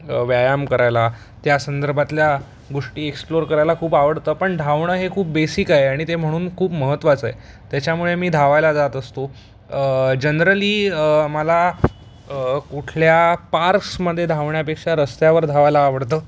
व्यायाम करायला त्या संदर्भातल्या गोष्टी एक्सप्लोर करायला खूप आवडतं पण धावणं हे खूप बेसिक आहे आणि ते म्हणून खूप महत्त्वाचं आहे त्याच्यामुळे मी धावायला जात असतो जनरली मला कुठल्या पार्क्समधे धावण्यापेक्षा रस्त्यावर धावायला आवडतं